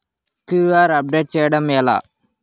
QR update చేయడం ఎలా?